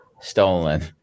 stolen